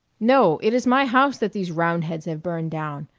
no. it is my house that these roundheads have burned down,